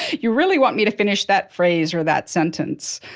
you really want me to finish that phrase or that sentence.